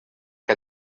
que